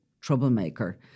troublemaker